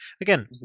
again